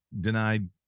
denied